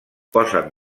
posen